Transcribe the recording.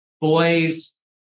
boys